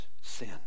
Sin